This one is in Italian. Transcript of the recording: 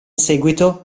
seguito